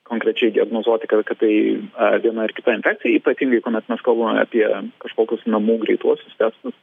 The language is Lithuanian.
konkrečiai diagnozuoti kad tai viena ar kita infekcija ypatingai kuomet mes kalbame apie kažkokius namų greituosius testus